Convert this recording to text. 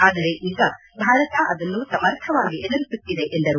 ಆದರೆ ಈಗ ಭಾರತ ಅದನ್ನು ಸಮರ್ಥವಾಗಿ ಎದುರಿಸುತ್ತಿದೆ ಎಂದರು